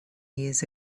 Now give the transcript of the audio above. years